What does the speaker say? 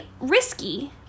risky